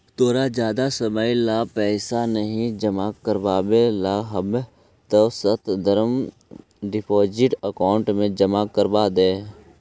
तोरा जादा समय ला पैसे नहीं जमा करवावे ला हव त शॉर्ट टर्म डिपॉजिट अकाउंट में जमा करवा द